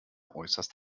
äußerst